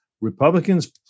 Republicans